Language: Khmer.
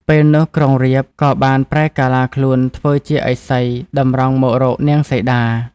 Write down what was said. ពេលនោះក្រុងរាពណ៍ក៏បានប្រែកាឡាខ្លួនធ្វើជាឥសីដើរតម្រង់មករកនាងសីតា។